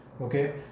Okay